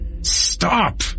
Stop